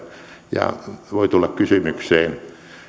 ja joka voi tulla kysymykseen